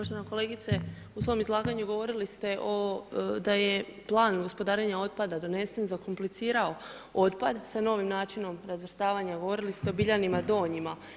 Poštovana kolegice, u svom izlaganju govorili ste da je plan gospodarenja otpada donesen, zakomplicirao otpad sa novim načinom razvrstavanja, govorili ste o Biljanima Donjima.